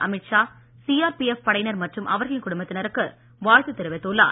Amit Shah CRPF படையினர் மற்றும் அவர்களின் குடும்பத்தினருக்கு வாழ்த்து தெரிவித்துள்ளார்